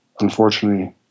unfortunately